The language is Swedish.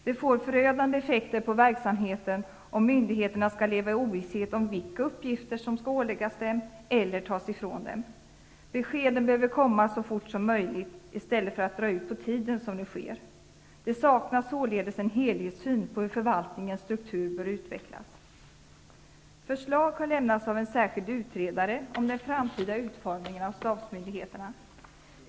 Det får förödande effekter på verksamheten om myndigheterna skall leva i ovisshet om vilka uppgifter som skall åläggas dem eller tas ifrån dem. Beskeden behöver komma så fort som möjligt i stället för att dra ut på tiden som nu sker. Det saknas således en helhetssyn på hur förvaltningens struktur bör utvecklas. Förslag har lämnats av en särskild utredare on den framtida utformningen av stabsmyndigheterna.